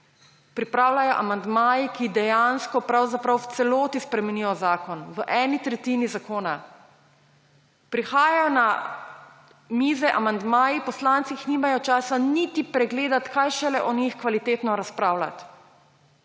pripravljajo amandmaji, ki dejansko pravzaprav v celoti spremenijo zakon, v eni tretjini zakona. Prihajajo na mize amandmaji, poslanci jih nimajo časa niti pregledati, kaj šele o njih kvalitetno razpravljat.